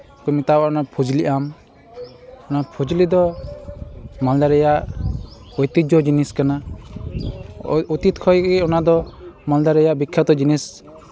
ᱢᱮᱛᱟᱣᱟᱜᱼᱟ ᱚᱱᱟ ᱯᱷᱩᱡᱽᱞᱤ ᱟᱢ ᱚᱱᱟ ᱯᱷᱚᱡᱽᱞᱤ ᱫᱚ ᱢᱟᱞᱫᱟ ᱨᱮᱭᱟᱜ ᱳᱭᱛᱤᱡᱡᱚ ᱡᱤᱱᱤᱥ ᱠᱟᱱᱟ ᱚᱛᱤᱛ ᱠᱷᱚᱱ ᱜᱮ ᱚᱱᱟᱫᱚ ᱢᱟᱞᱫᱟ ᱨᱮᱭᱟᱜ ᱵᱤᱠᱠᱷᱟᱛᱚ ᱡᱤᱱᱤᱥ